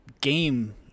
game